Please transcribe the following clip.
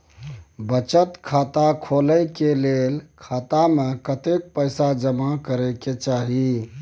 बचत खाता खोले के लेल खाता में कतेक पैसा जमा करे के चाही?